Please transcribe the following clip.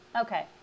Okay